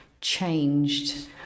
changed